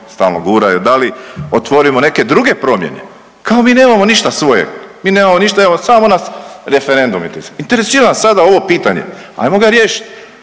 stalno guraju, da li otvorimo neke druge promjene kao mi nemamo ništa svoje, mi nemamo ništa evo samo nas referendum interesira. Interesira nas sada ovo pitanje ajmo ga riješit